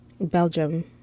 Belgium